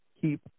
keep